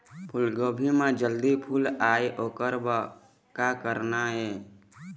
फूलगोभी म जल्दी फूल आय ओकर बर का करना ये?